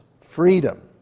freedom